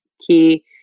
key